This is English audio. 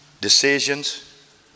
Decisions